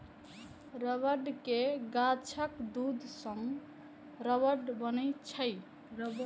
रबड़ के गाछक दूध सं रबड़ बनै छै